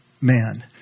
man